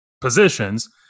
positions